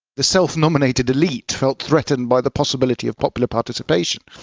the self-nominated elite felt threatened by the possibility of popular participation,